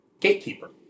gatekeeper